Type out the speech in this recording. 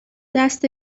دست